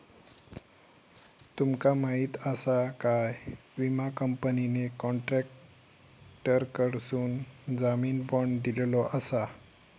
तुमका माहीत आसा काय, विमा कंपनीने कॉन्ट्रॅक्टरकडसून जामीन बाँड दिलेलो आसा